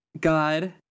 God